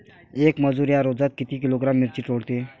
येक मजूर या रोजात किती किलोग्रॅम मिरची तोडते?